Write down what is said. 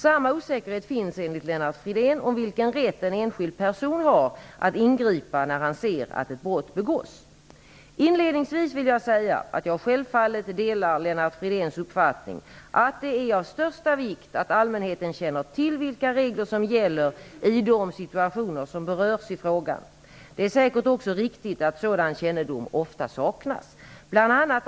Samma osäkerhet råder enligt Lennart Fridén om vilken rätt en enskild person har att ingripa när han ser att ett brott begås. Inledningsvis vill jag säga att jag självfallet delar Lennart Fridéns uppfattning att det är av största vikt att allmänheten känner till vilka regler som gäller i de situationer som berörs i frågan. Det är säkert också riktigt att sådan kännedom ofta saknas.